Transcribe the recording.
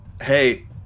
Hey